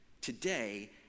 today